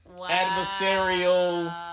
adversarial